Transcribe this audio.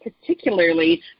particularly